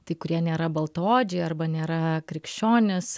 tai kurie nėra baltaodžiai arba nėra krikščionys